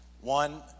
One